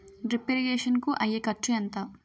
Drip irrigation కూ అయ్యే ఖర్చు ఎంత?